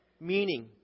meaning